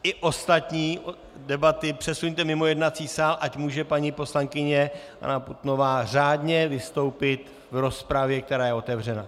I ostatní debaty přesuňte mimo jednací sál, ať může paní poslankyně Anna Putnová řádně vystoupit v rozpravě, která je otevřena.